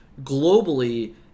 globally